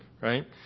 right